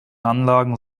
anlagen